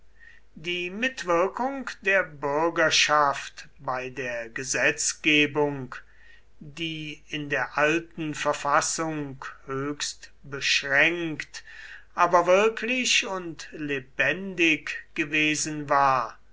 die mitwirkung der bürgerschaft bei der gesetzgebung die in der alten verfassung höchst beschränkt aber wirklich und lebendig gewesen war